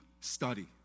study